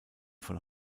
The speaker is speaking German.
von